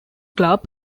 club